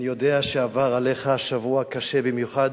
אני יודע שעבר עליך שבוע קשה במיוחד,